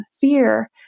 fear